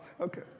Okay